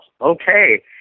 okay